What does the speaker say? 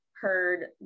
heard